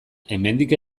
hemendik